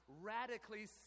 radically